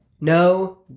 No